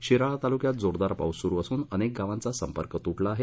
शिराळा तालुक्यात जोरदार पाऊस सुरू असून अनेक गावांचा सम्पर्क तुटला आहे